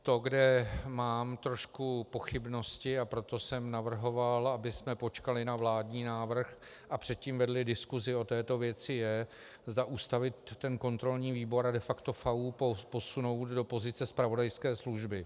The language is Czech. To, kde mám trošku pochybnosti, a proto jsem navrhoval, abychom počkali na vládní návrh a předtím vedli diskusi o této věci, je, zda ustavit ten kontrolní výbor a de facto FAÚ posunout do pozice zpravodajské služby.